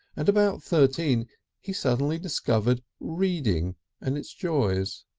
and about thirteen he suddenly discovered reading and its joys.